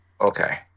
Okay